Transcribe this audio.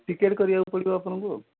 ticket କରିବାକୁ ପଡିବ ଆପଣଙ୍କୁ ଆଉ